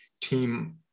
team